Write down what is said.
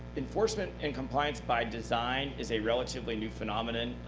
enforcement and compliance, by design, is a relatively new phenomenon.